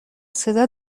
صدا